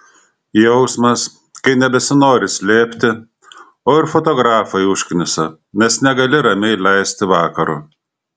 jausmas kai nebesinori slėpti o ir fotografai užknisa nes negali ramiai leisti vakaro